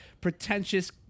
pretentious